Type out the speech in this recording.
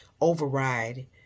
override